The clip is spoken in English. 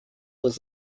was